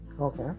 Okay